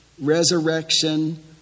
resurrection